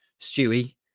Stewie